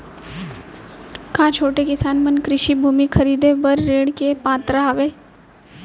का छोटे किसान मन कृषि भूमि खरीदे बर ऋण के पात्र हवे?